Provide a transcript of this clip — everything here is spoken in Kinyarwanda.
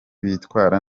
bitwara